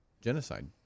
genocide